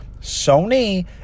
Sony